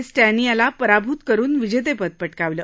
स्टॅनी याला पराभूत करुन विजेतेपद पटकावलं